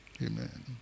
Amen